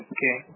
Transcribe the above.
Okay